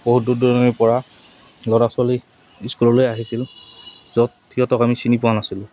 বহুত দূৰ দূৰণিৰ পৰা ল'ৰা ছোৱালী স্কুললৈ আহিছিল য'ত সিহঁতক আমি চিনি পোৱা নাছিলোঁ